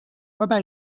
waarbij